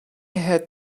had